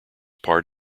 part